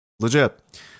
legit